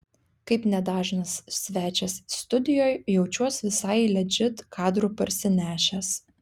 kaip nedažnas svečias studijoj jaučiuos visai ledžit kadrų parsinešęs